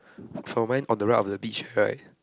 from when on the right of the beach area right